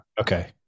Okay